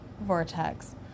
vortex